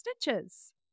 stitches